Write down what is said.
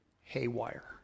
haywire